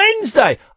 Wednesday